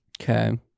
Okay